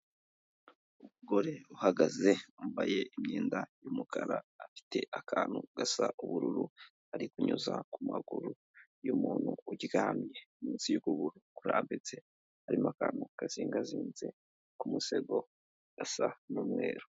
Umugore uhagaze wambaye imyenda y'umukara, afite akantu gasa ubururu, ari kunyuza ku maguru y'umuntu uryamye, munsi y'ukuguru kurambitse harimo akantu kazingazinze ku musego gasa n'umweru.